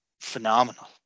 phenomenal